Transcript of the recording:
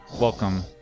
welcome